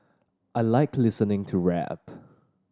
I like listening to rap